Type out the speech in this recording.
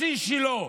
בשיא שלו,